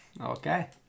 Okay